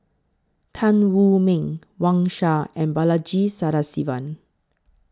Tan Wu Meng Wang Sha and Balaji Sadasivan